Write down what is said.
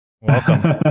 Welcome